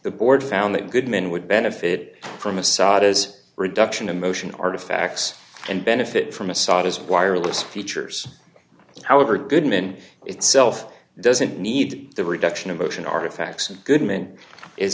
the board found that good men would benefit from assad as reduction in motion artifacts and benefit from assad as wireless features however goodman itself doesn't need the reduction of motion artifacts and goodman is